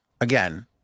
again